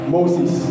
Moses